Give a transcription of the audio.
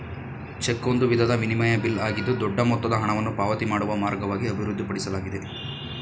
check ಒಂದು ವಿಧದ ವಿನಿಮಯ ಬಿಲ್ ಆಗಿದ್ದು ದೊಡ್ಡ ಮೊತ್ತದ ಹಣವನ್ನು ಪಾವತಿ ಮಾಡುವ ಮಾರ್ಗವಾಗಿ ಅಭಿವೃದ್ಧಿಪಡಿಸಲಾಗಿದೆ